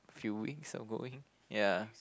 few weeks of going ya